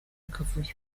akavuyo